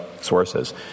sources